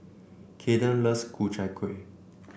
Kayden loves Ku Chai Kueh